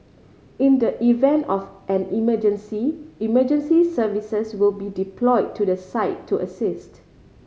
in the event of an emergency emergency services will be deployed to the site to assist